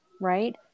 Right